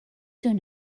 soon